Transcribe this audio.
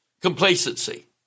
Complacency